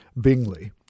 Bingley